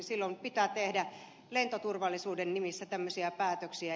silloin pitää tehdä lentoturvallisuuden nimissä tämmöisiä päätöksiä